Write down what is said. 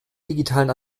digitalen